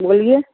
बोलिए